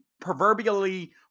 proverbially